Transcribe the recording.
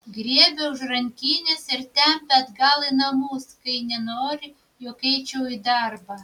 griebia už rankinės ir tempia atgal į namus kai nenori jog eičiau į darbą